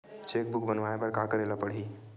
Cheque book बनवाय बर का करे ल पड़हि?